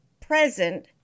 present